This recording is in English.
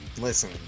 listen